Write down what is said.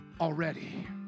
already